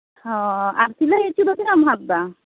ᱦᱚᱸ ᱟᱨ ᱥᱤᱞᱟᱹᱭ ᱦᱚᱪᱚ ᱫᱚ ᱛᱤᱱᱟᱹᱜ ᱮᱢ ᱦᱟᱛ ᱮᱫᱟ